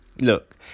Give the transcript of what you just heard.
look